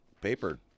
paper